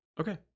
okay